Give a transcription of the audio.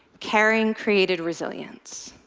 caring created resilience.